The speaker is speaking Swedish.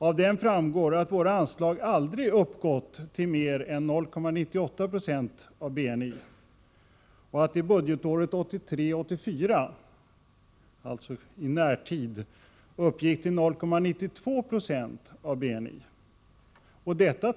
Av denna framgår att Sveriges anslag aldrig har uppgått till mer än 0,98 96 av BNI och att det budgetåret 1983/84, alltså i närtid, uppgick till 0,92 96 av BNI.